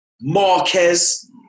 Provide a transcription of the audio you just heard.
Marquez